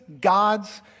God's